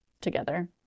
together